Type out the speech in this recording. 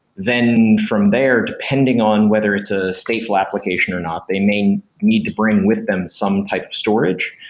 then from there, depending on whether it's a stateful application or not, they may need to bring with them some type storage,